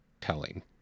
telling